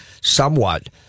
somewhat